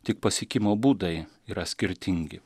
tik pasiekimo būdai yra skirtingi